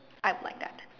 I like that